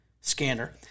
scanner